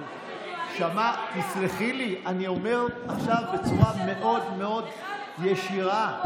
לך אני מוכנה לומר "כבוד היושב-ראש",